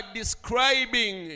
describing